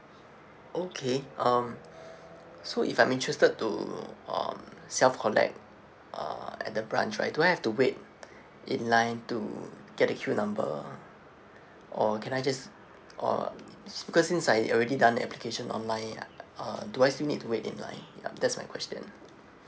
okay um so if I'm interested to um self collect uh at the branch right do I have to wait in line to get the queue number or can I just or because since I already done application online uh do I still need to wait in line yup that's my question